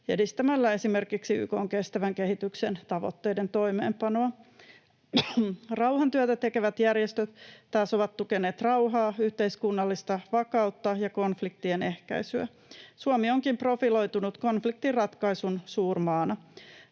edistämällä esimerkiksi YK:n kestävän kehityksen tavoitteiden toimeenpanoa. Rauhantyötä tekevät järjestöt taas ovat tukeneet rauhaa, yhteiskunnallista vakautta ja konfliktien ehkäisyä. Suomi onkin profiloitunut konfliktinratkaisun suurmaana.